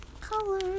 color